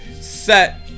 set